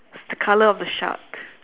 the colour of the shark